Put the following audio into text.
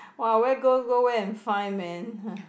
!wah! where go go where and find man